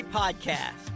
podcast